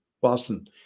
Boston